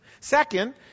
Second